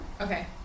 okay